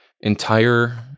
entire